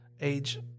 age